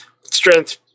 strength